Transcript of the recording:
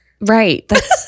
Right